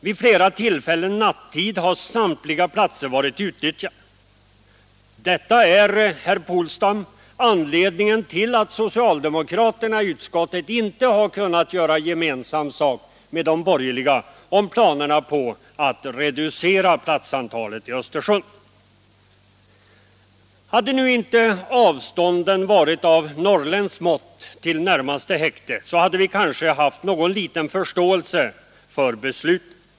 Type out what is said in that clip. Vid flera tillfällen nattetid har samtliga platser varit utnyttjade. Detta är, herr Polstam, anledningen till att socialdemokraterna i utskottet inte har kunnat göra gemensam sak med de borgerliga i fråga om planerna på att reducera platsantalet i Östersund. Hade nu inte avståndet till närmaste häkte varit av norrländskt mått, hade vi kanske haft någon liten förståelse för beslutet.